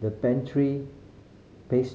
the the